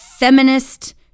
Feminist